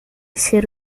ser